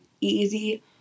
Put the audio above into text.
easy